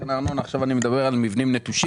לארנונה ועכשיו אני מדבר על מבנים נטושים.